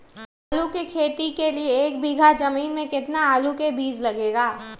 आलू की खेती के लिए एक बीघा जमीन में कितना आलू का बीज लगेगा?